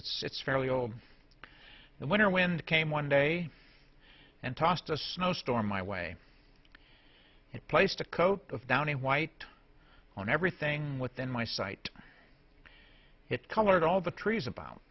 it's it's fairly old the winter wind came one day and tossed a snowstorm my way it placed a coat of downing white on everything within my sight it colored all the trees about